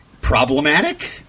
Problematic